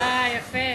יפה.